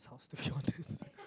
the shortest